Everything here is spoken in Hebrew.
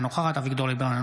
אינה נוכחת אביגדור ליברמן,